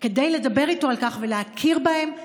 כדי לדבר איתו על כך ולהכיר בהם כנכים,